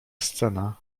scena